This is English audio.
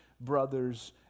brothers